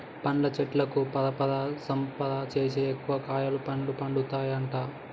పండ్ల చెట్లకు పరపరాగ సంపర్కం చేస్తే ఎక్కువ కాయలు పండ్లు పండుతాయట